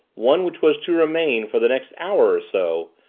one which was to remain, for the next hour or so,